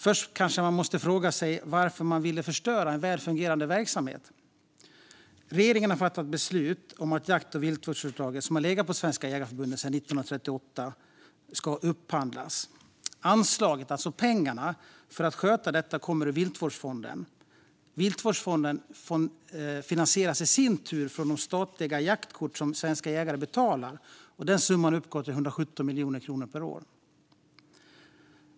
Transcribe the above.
Först kanske man måste fråga sig varför man ville förstöra en väl fungerande verksamhet. Regeringen har fattat ett beslut om att jakt och viltvårdsuppdraget, som har legat på Svenska Jägareförbundet sedan 1938, ska upphandlas. Anslaget, alltså pengarna för att sköta detta, kommer från viltvårdsfonden. Viltvårdsfonden finansieras i sin tur av de statliga jaktkort som svenska jägare betalar, och den summan uppgår till 117 miljoner kronor per år.